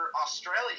Australia